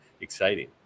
exciting